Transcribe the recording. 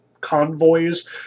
convoys